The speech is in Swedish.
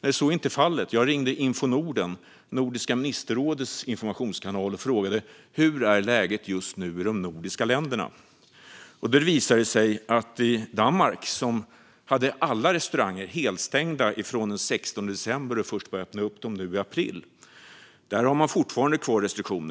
Nej, så är inte fallet. Jag ringde till Info Norden, Nordiska ministerrådets informationskanal, och frågade hur läget är just nu i de nordiska länderna. Det visade sig att man i Danmark, som hade alla restauranger helstängda från den 16 december och började öppna dem i april, fortfarande har kvar restriktioner.